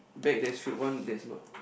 bag that's filled one that's not